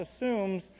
assumes